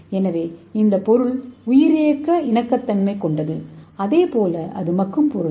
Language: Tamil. எனவே இந்த பொருள் உயிரியக்க இணக்கத்தன்மை கொண்டது அதே போல் அது மக்கும் பொருள்